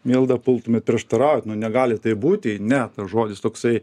milda pultumėt prieštaraut nu negali taip būti ne tas žodis toksai